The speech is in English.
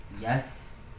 Yes